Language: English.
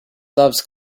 loves